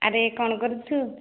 ଆରେ କ'ଣ କରୁଛୁ